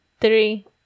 Three